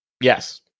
yes